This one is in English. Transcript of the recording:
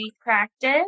practice